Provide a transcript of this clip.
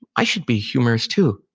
i should be humorous too.